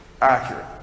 Accurate